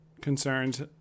concerns